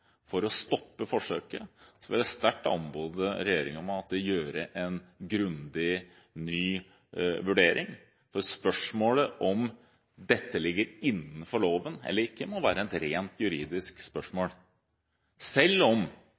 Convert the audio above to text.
for å stoppe forsøket, vil jeg sterkt anmode regjeringen om å gjøre en grundig, ny vurdering, for spørsmålet om hvorvidt dette ligger innenfor loven eller ikke, må være et rent juridisk spørsmål. Selv om,